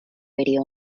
radio